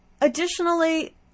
Additionally